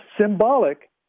symbolic